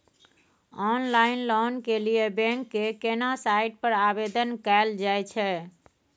Online loan के लिए bank के केना साइट पर आवेदन कैल जाए छै?